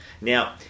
now